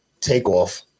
takeoff